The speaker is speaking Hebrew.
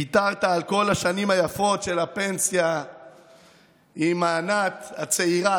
ויתרת על כל השנים היפות של הפנסיה עם ענת הצעירה,